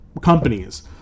companies